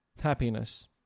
happiness